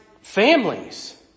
families